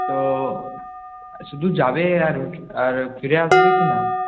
তো শুধু যাবে আর আর ফিরে আসবে কি না